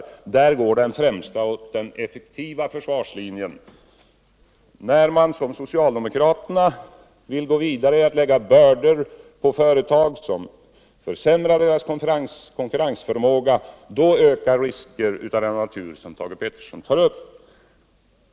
Där går den främsta och effektivaste försvarslinjen. När man som socialdemokraterna vill gå vidare och lägga bördor på företag som försämrar deras konkurrensförmåga, så ökar de risker som Thage Peterson här har tagit upp.